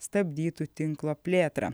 stabdytų tinklo plėtrą